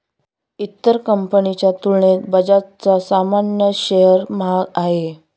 इतर कंपनीच्या तुलनेत बजाजचा सामान्य शेअर महाग आहे